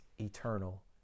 Eternal